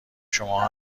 شماها